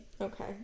Okay